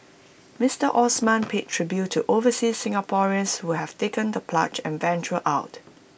Mister Osman paid tribute to overseas Singaporeans who have taken the plunge and ventured out